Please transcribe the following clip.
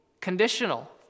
conditional